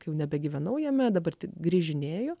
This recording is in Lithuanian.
kai nebegyvenau jame dabar tik grįžinėju